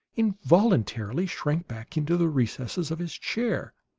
involuntarily shrank back into the recesses of his chair.